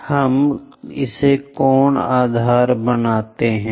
तो हम इसे कोण आधार बनाते हैं